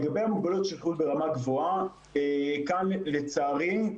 לגבי מוגבלויות ברמת שכיחות גבוהה כאן, לצערי,